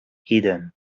hidden